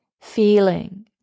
feeling